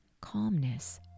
calmness